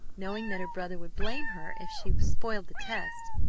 knowing that her brother would blame her if she spoiled the test,